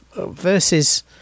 versus